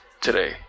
today